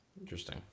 Interesting